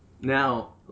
Now